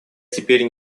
теперь